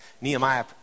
Nehemiah